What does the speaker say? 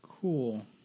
cool